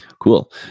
Cool